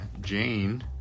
Jane